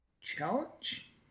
challenge